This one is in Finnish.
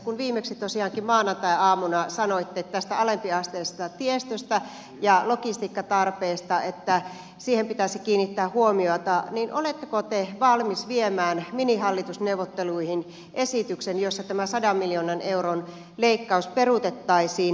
kun viimeksi tosiaankin maanantaiaamuna sanoitte tästä alempiasteisesta tiestöstä ja logistiikkatarpeesta että siihen pitäisi kiinnittää huomiota niin oletteko te valmis viemään minihallitusneuvotteluihin esityksen jossa tämä sadan miljoonan euron leikkaus peruutettaisiin